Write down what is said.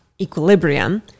equilibrium